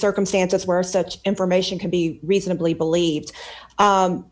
circumstances where such information can be reasonably believe